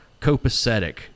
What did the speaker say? copacetic